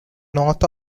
north